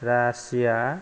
Russia